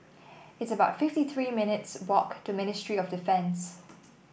it's about fifty three minutes' walk to Ministry of Defence